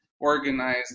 organize